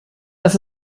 das